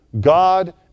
God